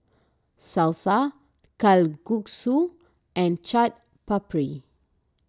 Salsa Kalguksu and Chaat Papri